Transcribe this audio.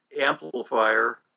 amplifier